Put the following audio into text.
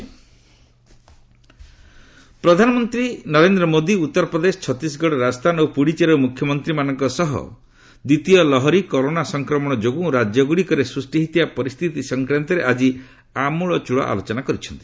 PM status ପ୍ରଧାନମନ୍ତ୍ରୀ ନରେନ୍ଦ୍ର ମୋଦୀ ଉତ୍ତରପ୍ରଦେଶ ଛତିଶଗଡ଼ ରାଜସ୍ଥାନ ଓ ପୁଡ଼ୁଚେରୀର ମୁଖ୍ୟମନ୍ତ୍ରୀମାନଙ୍କ ସହ ଦ୍ୱିତୀୟ ଲହରୀ କରୋନା ସଂକ୍ରମଣ ଯୋଗୁଁ ରାଜ୍ୟ ଗୁଡ଼ିକରେ ସୃଷ୍ଟି ହୋଇଥିବା ପରିସ୍ଥିତି ସଂକ୍ରାନ୍ତରେ ଆକି ଆମୂଳଚୂଳ ଆଲୋଚନା କରିଛନ୍ତି